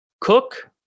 Cook